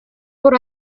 por